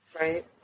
Right